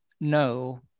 no